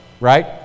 right